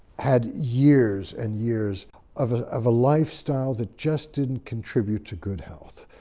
had years and years of ah of a lifestyle that just didn't contribute to good health.